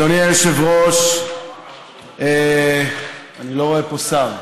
אדוני היושב-ראש, אני לא רואה פה שר.